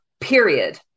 period